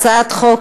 18),